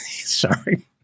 sorry